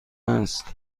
است